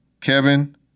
Kevin